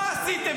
מה עשיתם?